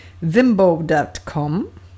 Zimbo.com